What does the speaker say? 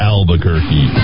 Albuquerque